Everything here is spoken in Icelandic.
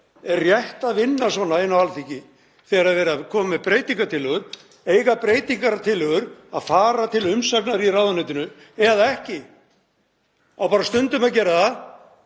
Er rétt að vinna svona inni á Alþingi þegar er verið að koma með breytingartillögur? Eiga breytingartillögur að fara til umsagnar í ráðuneytinu eða ekki? Á bara stundum að gera það